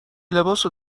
لباسو